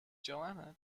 johanna